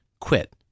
quit